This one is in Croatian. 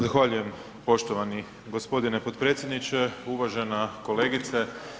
Zahvaljujem poštovani g. potpredsjedniče, uvažena kolegice.